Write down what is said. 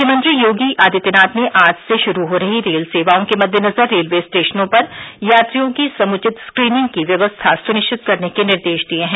मुख्यमंत्री योगी आदित्यनाथ ने आज से शुरू हो रही रेल सेवाओं के मद्देनजर रेलवे स्टेशनों पर यात्रियों की समुचित स्क्रीनिंग की व्यवस्था सुनिश्चित करने के निर्देश दिये हैं